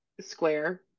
square